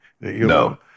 no